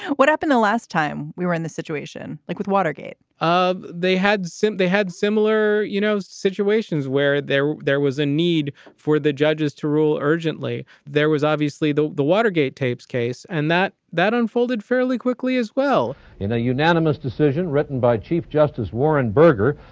what happened the last time we were in the situation, like with watergate? um they had simply had similar, you know, situations where there there was a need for the judges to rule urgently. there was obviously the the watergate tapes case and that that unfolded fairly quickly as well in a unanimous decision written by chief justice warren burger,